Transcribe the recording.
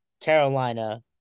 Carolina